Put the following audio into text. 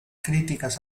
críticas